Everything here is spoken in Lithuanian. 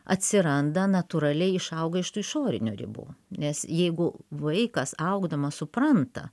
atsiranda natūraliai išauga iš tų išorinių ribų nes jeigu vaikas augdamas supranta